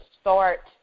start